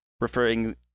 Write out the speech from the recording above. referring